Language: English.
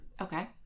okay